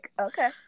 Okay